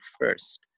first